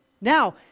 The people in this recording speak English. Now